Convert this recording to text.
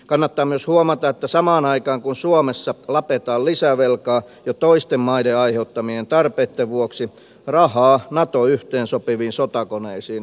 kannattaa myös huomata että samaan aikaan kun suomessa lapetaan lisävelkaa jo toisten maiden aiheuttamien tarpeitten vuoksi rahaa nato yhteensopiviin sotakoneisiin tuntuu riittävän